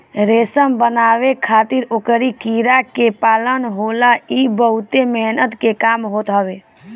रेशम बनावे खातिर ओकरी कीड़ा के पालन होला इ बहुते मेहनत के काम होत हवे